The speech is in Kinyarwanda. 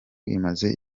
imaze